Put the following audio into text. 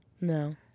No